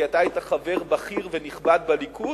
כי אתה היית חבר בכיר ונכבד בליכוד,